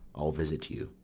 i'll visit you.